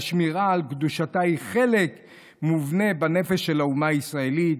ושמירה על קדושתה היא חלק מובנה בנפש של האומה הישראלית.